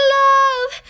love